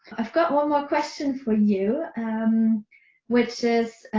i've got one more question for you. um which is,